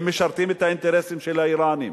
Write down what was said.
הם משרתים את האינטרסים של האירנים.